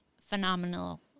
phenomenal